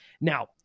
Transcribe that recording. now